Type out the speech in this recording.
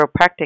Chiropractic